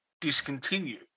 discontinued